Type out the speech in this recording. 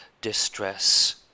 distress